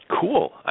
Cool